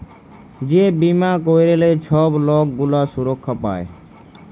যে বীমা ক্যইরলে ছব লক গুলা সুরক্ষা পায়